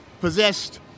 possessed